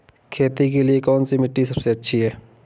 खेती के लिए कौन सी मिट्टी सबसे अच्छी है?